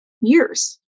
years